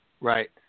Right